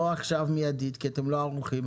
לא עכשיו מיידית כי אתם לא ערוכים,